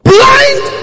Blind